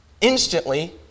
instantly